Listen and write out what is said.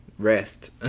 Rest